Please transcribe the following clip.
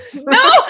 No